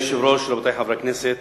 אדוני היושב-ראש, רבותי חברי הכנסת,